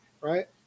right